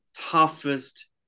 toughest